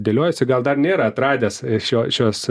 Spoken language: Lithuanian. dėliojasi gal dar nėra atradęs šio šios